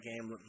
game